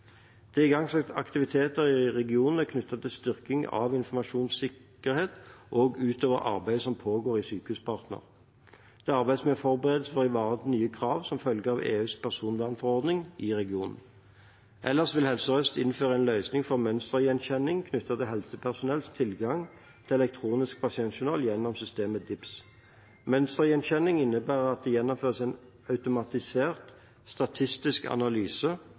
Det er igangsatt aktiviteter i regionen knyttet til styrking av informasjonssikkerhet også utover det arbeidet som pågår i Sykehuspartner. Det arbeides med forberedelser for å ivareta nye krav som følger av EUs personvernforordning i regionen. Ellers vil Helse Sør-Øst innføre en løsning for mønstergjenkjenning knyttet til helsepersonells tilgang til elektronisk pasientjournal gjennom systemet DIPS. Mønstergjenkjenning innebærer at det gjennomføres en automatisert statistisk analyse